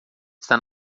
está